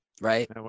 Right